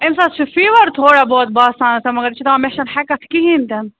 اَمِس حظ چھُ فیٖوَر تھوڑا بہت باسان مگر یہِ چھُ دَپان مےٚ چھَنہٕ ہیٚکَتھ کِہیٖنٛۍ تہِ نہٕ